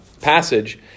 passage